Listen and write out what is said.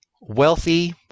wealthy